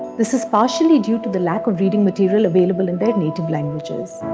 this is partially due to the lack of reading material available in their native languages.